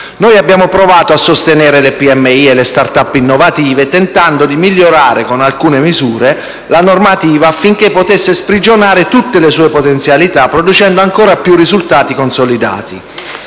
Noi abbiamo provato a sostenere le piccole e medie imprese e le *start-up* innovative tentando di migliorare, con alcune misure, la normativa affinché potesse sprigionare tutte le sue potenzialità producendo ancor più risultati consolidati.